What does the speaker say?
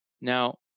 Now